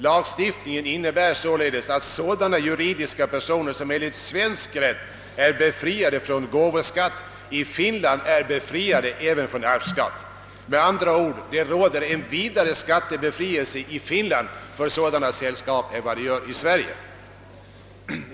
Lagstiftningen innebär således att sådana juridiska personer, som enligt svensk rätt är befriade från gåvoskatt, i Finland är befriade även från arvsskatt. Med andra ord: det råder en vidare skattebefrielse i Finland för sådana sällskap än i Sverige.